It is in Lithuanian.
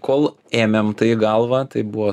kol ėmėm tai į galvą taip buvo